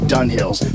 Dunhills